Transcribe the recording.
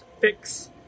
fix